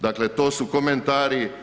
Dakle, to su komentari.